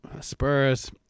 Spurs